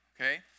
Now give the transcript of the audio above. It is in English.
okay